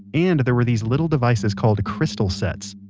and there were these little devices called crystal sets.